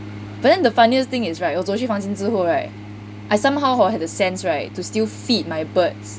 but then the funniest thing is right 我走去房间之后 right I somehow hor had a sense right to still feed my birds